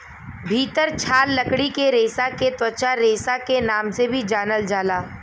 भितर छाल लकड़ी के रेसा के त्वचा रेसा के नाम से भी जानल जाला